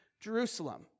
Jerusalem